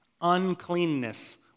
uncleanness